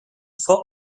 for